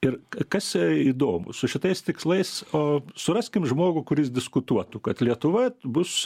ir kas įdomu su šitais tikslais o suraskim žmogų kuris diskutuotų kad lietuva bus